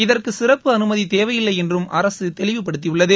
இதற்கு சிறப்பு அனுமதி தேவையில்லை என்றும் அரசு தெளிவுபடுத்தியுள்ளது